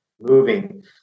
moving